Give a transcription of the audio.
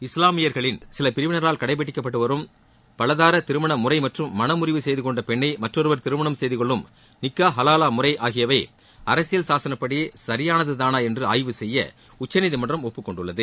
இஸ்லாமியர்களின் சில பிரிவினால் கடைபிடிக்கப்பட்டு வரும் பலதார திருமண முறை மற்றும் மண முறிவு செய்துகொண்ட பெண்ணை மற்றொருவர் திருமணம் செய்துக்கொள்ளும் நிக்கா ஹலாவா முறை ஆகியவை அரசியல் சாசன படி சரிபானது தானா என்று ஆய்வு செய்ய உச்சநீதிமன்றம் ஒப்புக்கொண்டுள்ளது